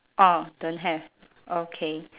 orh don't have okay